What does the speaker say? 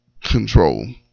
control